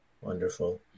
Wonderful